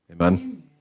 Amen